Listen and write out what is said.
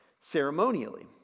ceremonially